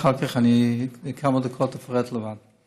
ואחר כך בכמה דקות אפרט לבד: